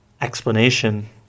Explanation